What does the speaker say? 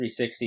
360